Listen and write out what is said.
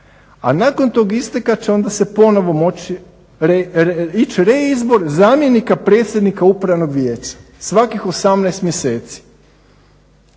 a nakon tog isteka će se onda ponovno moći ići reizbor zamjenika predsjednika upravnog vijeća svakih 18 mjeseci.